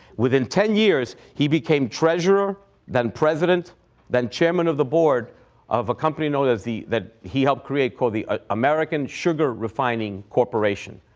within ten years he became treasurer then president then chairman of the board of a company known as, that that he helped create, called the ah american sugar refining corporation.